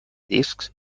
discs